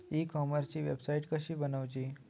E कॉमर्सची website कशी बनवची?